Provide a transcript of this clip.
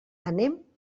anem